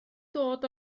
dod